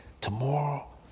tomorrow